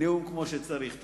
נאום כמו שצריך.